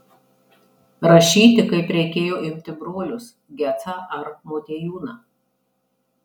rašyti kaip reikėjo imti brolius gecą ar motiejūną